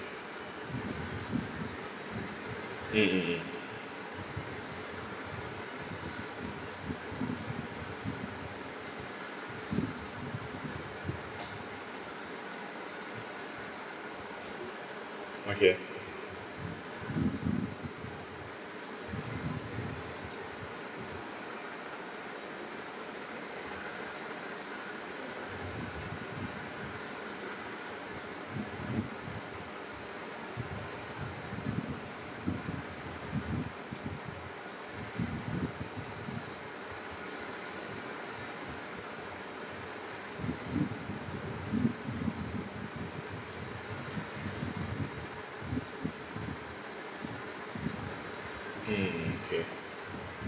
mm mm mm okay mm mm mm okay